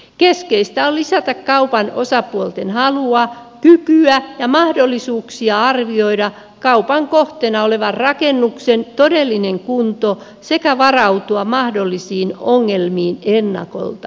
keskeistä on lisätä kaupan osapuolten halua kykyä ja mahdollisuuksia arvioida kaupan kohteena olevan rakennuksen todellinen kunto sekä varautua mahdollisiin ongelmiin ennakolta